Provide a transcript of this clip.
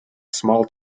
small